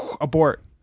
Abort